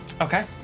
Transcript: Okay